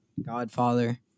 Godfather